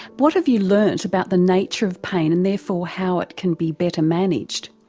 what have you learned about the nature of pain and therefore how it can be better managed?